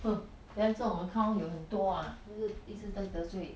!huh! then 这种 account 有很多 ah 一直在得罪